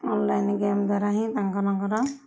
online game ଦ୍ୱାରା ହିଁ ତାଙ୍କମାନଙ୍କର